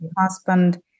husband